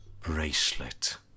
Bracelet